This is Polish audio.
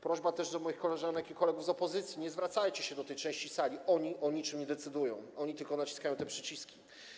Prośba też do moich koleżanek i kolegów z opozycji: nie zwracajcie się do tej części sali, oni o niczym nie decydują, oni tylko naciskają te przyciski.